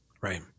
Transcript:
Right